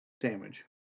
damage